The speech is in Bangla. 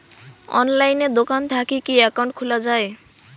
অনলাইনে দোকান থাকি কি একাউন্ট খুলা যায়?